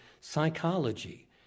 psychology